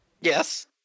Yes